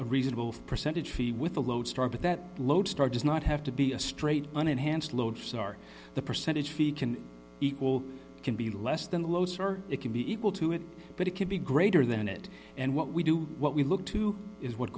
a reasonable percentage fee with a low start that lodestar does not have to be a straight unenhanced lodestar the percentage feet can equal can be less than los or it can be equal to it but it can be greater than it and what we do what we look to is what